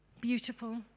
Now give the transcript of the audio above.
beautiful